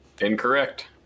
incorrect